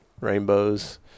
rainbows